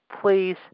please